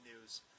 news